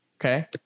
Okay